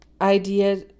idea